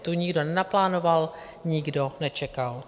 Tu nikdo nenaplánoval, nikdo nečekal.